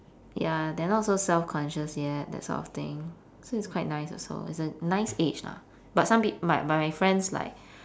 ya they're not so self-conscious yet that sort of thing so it's quite nice also it's a nice age lah but some peop~ but my friends like